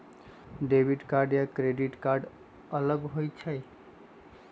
Debit card या credit card अलग होईछ ई?